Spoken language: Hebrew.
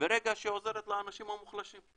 ברגע שהיא עוזרת לאנשים המוחלשים,